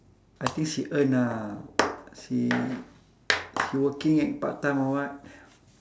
I think she earn ah she she working at part time or what